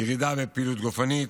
וירידה בפעילות גופנית.